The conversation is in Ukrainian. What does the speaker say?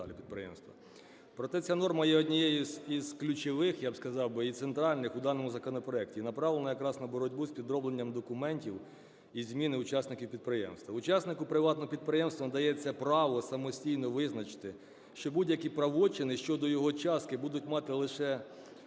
Проте ця норма є однією з ключових, я сказав би, і центральних у даному законопроекті, і направлена якраз на боротьбу з підробленням документів і зміни учасників підприємства. Учаснику приватного підприємства надається право самостійно визначити, що будь-які правочини щодо його частики будуть мати лише силу